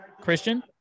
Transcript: Christian